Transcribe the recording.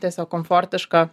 tiesiog komfortiška